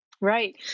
Right